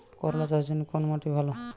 করলা চাষের জন্য কোন মাটি ভালো?